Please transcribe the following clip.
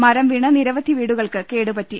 മരംവീണ് നിരവധി വീടുകൾക്ക് കേടുപറ്റി